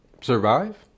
survive